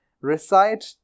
recite